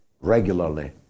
regularly